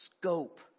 scope